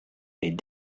est